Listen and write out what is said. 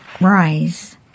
rise